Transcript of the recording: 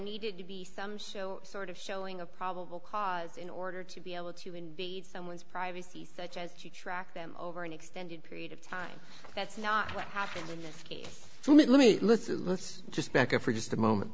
needed to be some sort of showing of probable cause in order to be able to invade someone's privacy such as to track them over an extended period of time that's not what happened in this case so let me let's just back up for just a moment